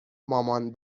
مامان